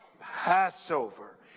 Passover